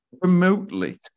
remotely